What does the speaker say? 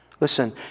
Listen